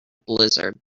blizzard